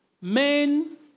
Men